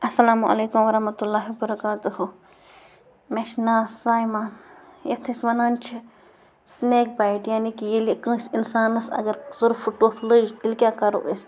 اَسَلامُ علیکُم وَرحمتہ اللہِ وبرکاتہ مےٚ چھُ ناو سایما یتھ ٲسۍ وَنان چھِ سِنیک بایٹ یعنے کہِ کٲنٛسہِ اِنسانس اگر سۄرپھٕ ٹوٚف لٔج تیٚلہِ کیٛاہ کَرو أسۍ